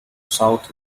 south